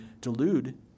delude